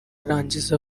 urangije